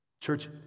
Church